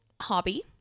hobby